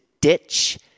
ditch